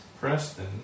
Preston